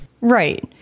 right